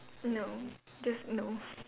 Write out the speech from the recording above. no just no